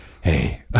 Hey